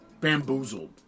bamboozled